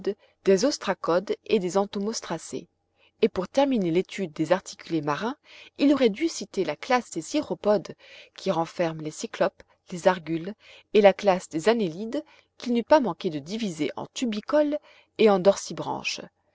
des ostracodes et des entomostracées et pour terminer l'étude des articulés marins il aurait dû citer la classe des cyrrhopodes qui renferme les cyclopes les argules et la classe des annélides qu'il n'eût pas manqué de diviser en tubicoles et en